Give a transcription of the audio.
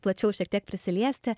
plačiau šiek tiek prisiliesti